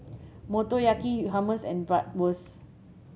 Motoyaki Hummus and Bratwurst